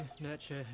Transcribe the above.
nurture